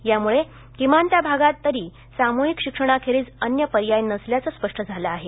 त्याम्ळ किमान त्या भागात तरी साम्हिक शिक्षणाखेरीज अन्य पर्याय नसल्याचं स्पष्ट झालं आहे